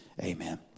Amen